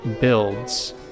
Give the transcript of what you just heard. builds